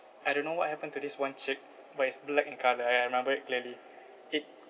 I don't know what happened to this one chick but it's black in colour I I remember it clearly it